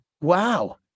Wow